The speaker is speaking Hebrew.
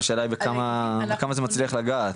אבל השאלה בכמה זה מצליח לגעת?